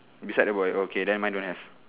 beside the boy okay never mind don't have